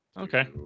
Okay